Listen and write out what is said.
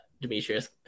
demetrius